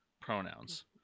pronouns